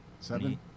Seven